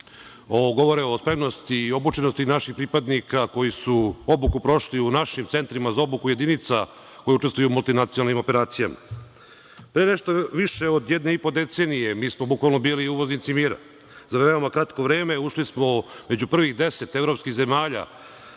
govore o spremnosti i obučenosti naših pripadnika koji su obuku prošli u našim centrima za obuku jedinica koje učestvuju u multinacionalnim operacijama. Pre nešto više od jedne i po decenije mi smo bukvalno bili uvoznici mira. Za veoma kratko vreme ušli smo u među prvih deset evropskih zemalja